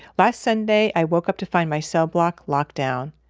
last sunday i woke up to find my cell block locked down.